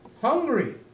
Hungry